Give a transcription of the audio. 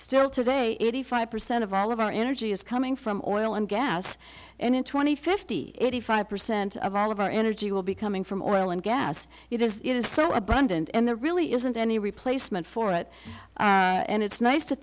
still today is the five percent of all of our energy is coming from oil and gas and in twenty fifty eighty five percent of all of our energy will be coming from oil and gas is so abundant and there really isn't any replacement for it and it's nice to